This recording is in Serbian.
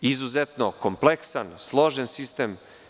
Izuzetno kompleksan složen sistem.